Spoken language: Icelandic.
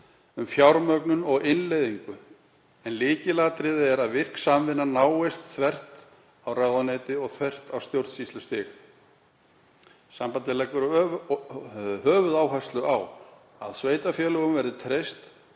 og andsvörum — „og innleiðingu en lykilatriði er að virk samvinna náist þvert á ráðuneyti og þvert á stjórnsýslustig. Sambandið leggur höfuðáherslu á að sveitarfélögunum verði treyst